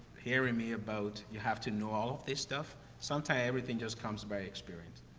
hearing me about you have to know all of this stuff. sometime everything just comes by experience.